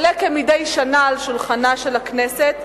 עולה מדי שנה על שולחנה של הכנסת,